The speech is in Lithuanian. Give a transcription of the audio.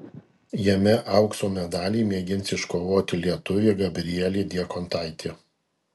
jame aukso medalį mėgins iškovoti lietuvė gabrielė diekontaitė